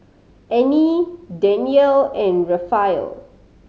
Annie Danyell and Raphael